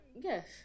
Yes